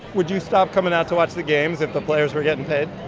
would you stop coming out to watch the games if the players were getting paid?